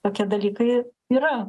tokie dalykai yra